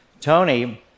Tony